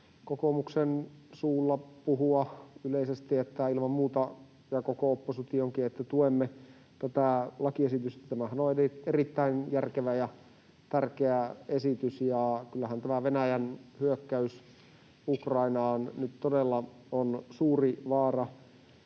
oppositionkin suulla puhua yleisesti, että ilman muuta tuemme tätä lakiesitystä. Tämähän on erittäin järkevä ja tärkeä esitys, ja kyllähän tämä Venäjän hyökkäys Ukrainaan nyt todella on suuri vaara